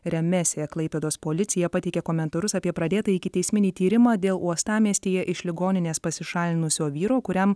remesė klaipėdos policija pateikė komentarus apie pradėtą ikiteisminį tyrimą dėl uostamiestyje iš ligoninės pasišalinusio vyro kuriam